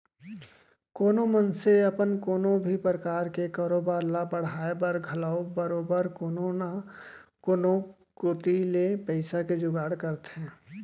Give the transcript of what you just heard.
कोनो मनसे अपन कोनो भी परकार के कारोबार ल बढ़ाय बर घलौ बरोबर कोनो न कोनो कोती ले पइसा के जुगाड़ करथे